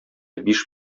биш